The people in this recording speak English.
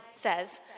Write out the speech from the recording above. says